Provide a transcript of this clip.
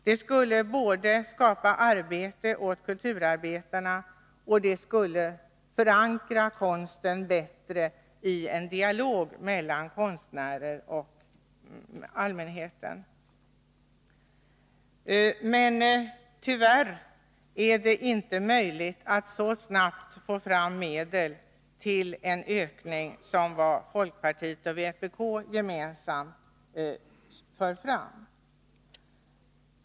Där skulle vi kunna skapa arbete åt kulturarbetarna och förankra konsten bättre i en dialog mellan konstnärer och allmänhet. Men tyvärr är det inte möjligt att få fram medel till en sådan ökning så snabbt som folkpartiet och vpk gemensamt föreslår.